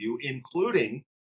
including